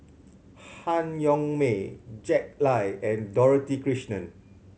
Han Yong May Jack Lai and Dorothy Krishnan